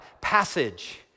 passage